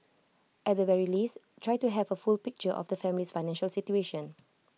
at the very least try to have A full picture of the family's financial situation